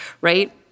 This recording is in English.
right